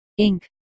Inc